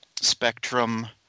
Spectrum